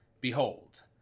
behold